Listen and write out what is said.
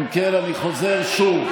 אם כן, אני חוזר שוב: